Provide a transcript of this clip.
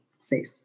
safe